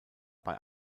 bei